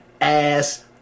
ass